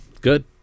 good